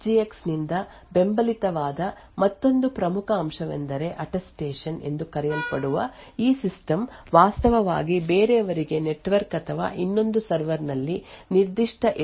Intel SGX ನಿಂದ ಬೆಂಬಲಿತವಾದ ಮತ್ತೊಂದು ಪ್ರಮುಖ ಅಂಶವೆಂದರೆ ಅಟ್ಟೆಸ್ಟೇಷನ್ ಎಂದು ಕರೆಯಲ್ಪಡುವ ಈ ಸಿಸ್ಟಮ್ ವಾಸ್ತವವಾಗಿ ಬೇರೆಯವರಿಗೆ ನೆಟ್ವರ್ಕ್ ಅಥವಾ ಇನ್ನೊಂದು ಸರ್ವರ್ ನಲ್ಲಿ ನಿರ್ದಿಷ್ಟ ಎಸ್ಜಿಎಕ್ಸ್ ಅನ್ನು ಹೊಂದಿದೆ ಎಂದು ಸಾಬೀತುಪಡಿಸಬಹುದು